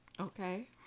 Okay